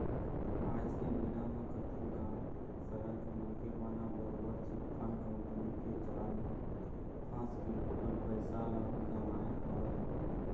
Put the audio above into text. आज के बेरा म कतको गाँव, सहर के मनखे मन ह बरोबर चिटफंड कंपनी के जाल म फंस के अपन पइसा ल गवाए हवय